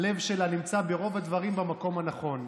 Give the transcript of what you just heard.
הלב שלה ברוב הדברים נמצא במקום הנכון.